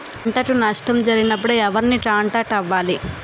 పంటకు నష్టం జరిగినప్పుడు ఎవరిని కాంటాక్ట్ అవ్వాలి?